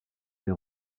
les